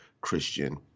Christian